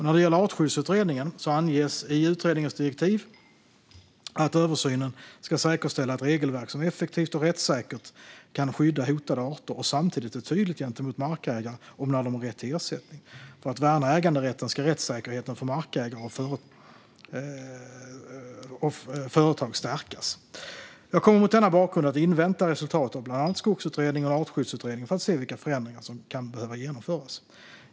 När det gäller Artskyddsutredningen anges i utredningens direktiv att översynen ska säkerställa ett regelverk som effektivt och rättssäkert kan skydda hotade arter och samtidigt är tydligt gentemot markägare gällande när de har rätt till ersättning. För att värna äganderätten ska rättssäkerheten för markägare och företag stärkas. Jag kommer mot denna bakgrund att invänta resultatet av bland annat Skogsutredningen och Artskyddsutredningen för att se vilka förändringar som kan behöva genomföras.